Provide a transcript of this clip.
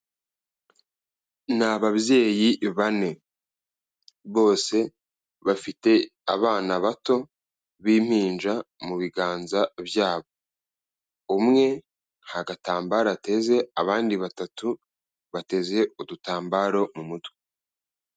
Ni ababyeyi bane. Bose bafite abana bato b'impinja mu biganza byabo. Umwe nta gatambaro ateze, abandi batatu, bateze udutambaro mu mutwe.